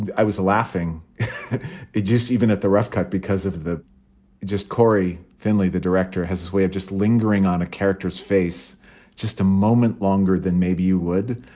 i was laughing it just even at the rough cut because of the just corey finley, the director has his way of just lingering on a character's face just a moment longer than maybe you would.